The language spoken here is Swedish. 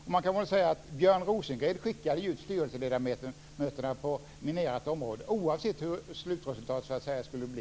Och man kan säga att Björn Rosengren skickade ut styrelseledamöterna på minerat område, oavsett hur slutresultatet skulle bli.